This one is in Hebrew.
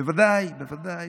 בוודאי, בוודאי.